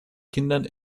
kindern